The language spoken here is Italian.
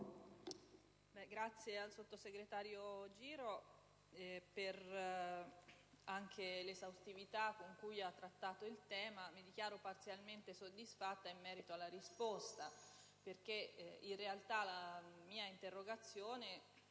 Ringrazio il sottosegretario Giro anche per l'esaustività con cui ha trattato il tema. Mi dichiaro parzialmente soddisfatta in merito alla risposta, perché in realtà la mia interrogazione